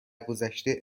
گذشته